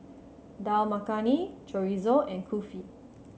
Dal Makhani Chorizo and Kulfi